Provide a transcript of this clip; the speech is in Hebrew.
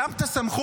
גם את הסמכות,